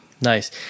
Nice